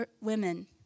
women